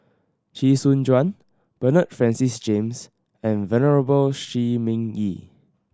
Chee Soon Juan Bernard Francis James and Venerable Shi Ming Yi